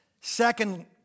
Second